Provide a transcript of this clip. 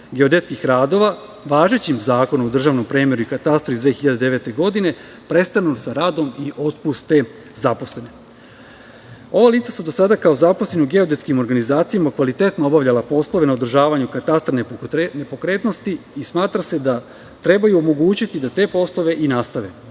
geodetskih radova važećim Zakonom o državnom premeru i katastru iz 2009. godine prestanu sa radom i otpuste zakone. Ova lica su do sada, kao zaposleni u geodetskim organizacijama, kvalitetno obavljala poslove na održavanju katastra nepokretnosti i smatra se da im treba omogućiti da te poslove i nastave.